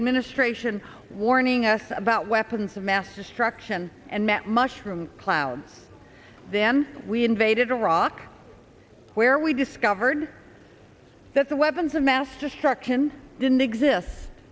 administration warning us about weapons of mass destruction and met mushroom clouds then we invaded iraq where we discovered that the weapons of mass destruction didn't exist